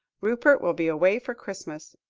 rupert will be away for christmas.